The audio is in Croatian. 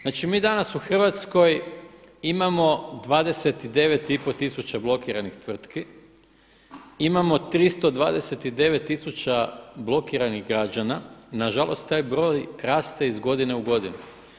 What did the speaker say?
Znači mi danas u Hrvatskoj imamo 29,5 tisuća blokiranih tvrtki, imamo 329 tisuća blokiranih građana, nažalost taj broj raste iz godine u godinu.